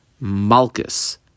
malchus